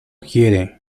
quiere